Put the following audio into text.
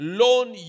loan